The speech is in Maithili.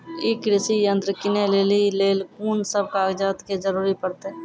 ई कृषि यंत्र किनै लेली लेल कून सब कागजात के जरूरी परतै?